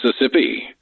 Mississippi